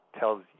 tells